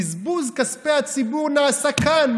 בזבוז כספי הציבור נעשה כאן,